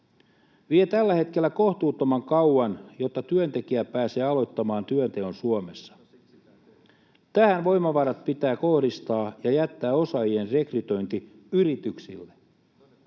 Vie tällä hetkellä kohtuuttoman kauan, jotta työntekijä pääsee aloittamaan työnteon Suomessa. Tähän voimavarat pitää kohdistaa ja jättää osaajien rekrytointi yrityksille.